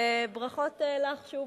וברכות לך שוב,